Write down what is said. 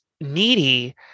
Needy